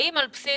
האם על בסיס